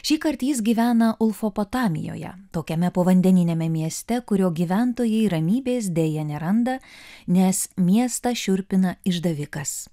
šįkart jis gyvena ulfopotamijoje tokiame povandeniniame mieste kurio gyventojai ramybės deja neranda nes miestą šiurpina išdavikas